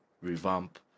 revamp